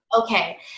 Okay